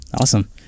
awesome